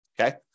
Okay